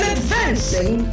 Advancing